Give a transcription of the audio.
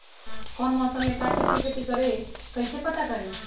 कौन मौसम में का चीज़ के खेती करी कईसे पता करी?